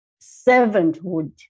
servanthood